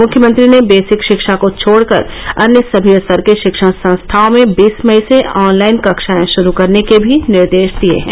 मुख्यमंत्री ने वेसिक शिक्षा को छोड़कर अन्य समी स्तर के शिक्षण संस्थाओं में बीस मई से ऑनलाइन कक्षाएं शुरू करने के भी निर्देश दिये हैं